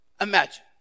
Imagine